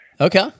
Okay